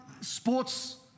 sports